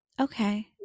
Okay